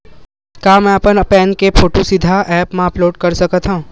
का मैं अपन पैन के फोटू सीधा ऐप मा अपलोड कर सकथव?